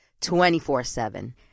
24-7